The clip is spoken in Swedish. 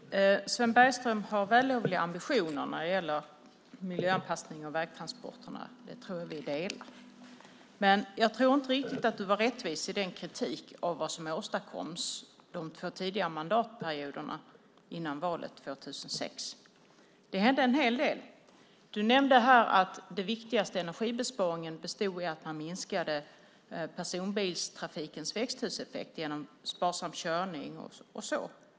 Herr talman! Sven Bergström har vällovliga ambitioner när det gäller miljöanpassning av vägtransporterna. Dessa ambitioner tror jag att vi delar. Men jag tror inte riktigt att han var rättvis i sin kritik av vad som åstadkoms under de två tidigare mandatperioderna före valet 2006. Det hände en hel del. Sven Bergström nämnde här att den viktigaste energibesparingen bestod i att man minskade personbilstrafikens växthuseffekt genom sparsam körning och så vidare.